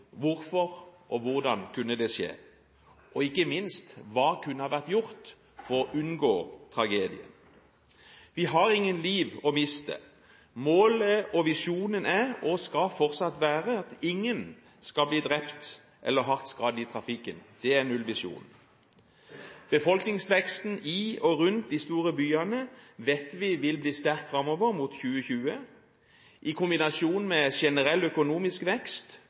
hvorfor og hvordan det kunne skje, og ikke minst om hva som kunne ha vært gjort for å unngå tragedien. Vi har ingen liv å miste. Målet og visjonen er og skal fortsatt være at ingen skal bli drept eller hardt skadd i trafikken – det er en nullvisjon. Befolkningsveksten i og rundt de store byene vet vi vil bli sterk framover mot 2020. I kombinasjon med generell økonomisk vekst,